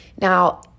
Now